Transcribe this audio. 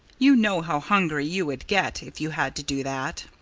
you know how hungry you would get, if you had to do that.